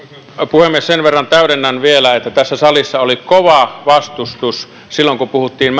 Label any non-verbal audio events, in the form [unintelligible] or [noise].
puhemies sen verran täydennän vielä että tässä salissa oli kova vastustus silloin kun puhuttiin [unintelligible]